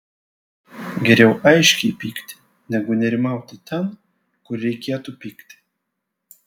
geriau aiškiai pykti negu nerimauti ten kur reikėtų pykti